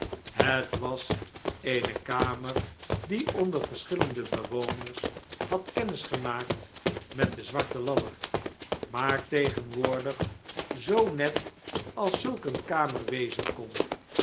het was eene kamer die onder verschillende bewoners had kennis gemaakt met de zwarte ladder maar tegenwoordig zoo net als zulk eene kamer wezen kon